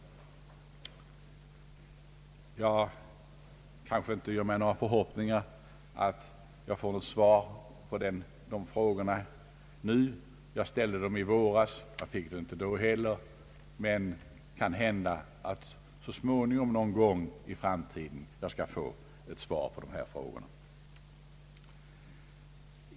: Jag gör mig kanske inte några förhoppningar att få svar på dessa frågor nu — jag ställde dem i våras och fick inte något svar då heller — men det kan hända att jag så småningom någon gång i framtiden skall få svar.